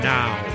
now